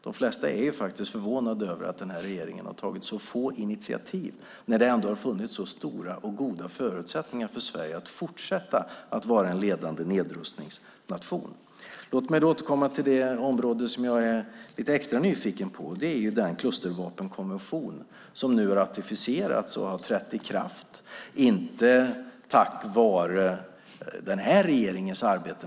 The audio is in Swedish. De flesta är förvånade över att den här regeringen har tagit så få initiativ när det ändå har funnits så stora och goda förutsättningar för Sverige att fortsätta att vara en ledande nedrustningsnation. Låt mig återkomma till det område jag är extra nyfiken på, nämligen den klustervapenkonvention som nu har ratificerats och trätt i kraft. Det är naturligtvis inte tack vare den här regeringens arbete.